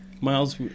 Miles